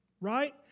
right